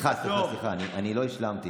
סליחה, סליחה, אני לא השלמתי.